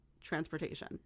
transportation